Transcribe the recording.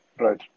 Right